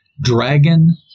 dragon